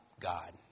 God